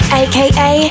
aka